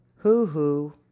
Hoo-hoo